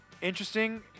interesting